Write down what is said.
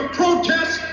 protest